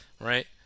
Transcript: right